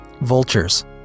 Vultures